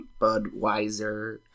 Budweiser